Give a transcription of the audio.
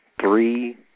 three